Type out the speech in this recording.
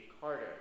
Carter